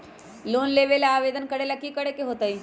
Loan लेबे ला आवेदन करे ला कि करे के होतइ?